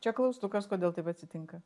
čia klaustukas kodėl taip atsitinka